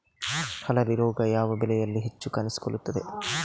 ಹಳದಿ ರೋಗ ಯಾವ ಬೆಳೆಯಲ್ಲಿ ಹೆಚ್ಚು ಕಾಣಿಸಿಕೊಳ್ಳುತ್ತದೆ?